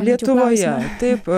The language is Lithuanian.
lietuvoje taip